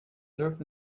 turf